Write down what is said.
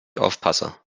aufpasse